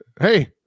Hey